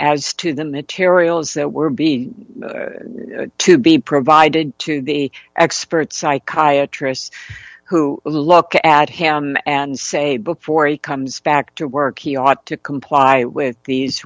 as to the materials that were being to be provided to the experts psychiatry who look at him and say before he comes back to work he ought to comply with these